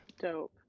Dope